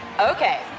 Okay